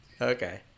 Okay